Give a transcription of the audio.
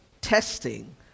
testing